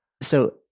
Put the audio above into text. So-